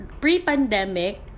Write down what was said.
pre-pandemic